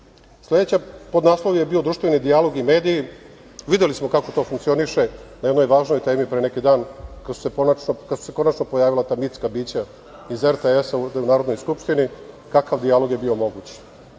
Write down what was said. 35.Sledeći podnaslov je bio društveni dijalog i mediji. Videli smo kako to funkcioniše na jednoj važnoj temi pre neki dan, kada su se konačno pojavila ta mitska bića iz RTS-a ovde u Narodnoj skupštini, kakav dijalog je bio moguć. Na